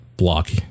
block